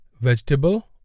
vegetable